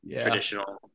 traditional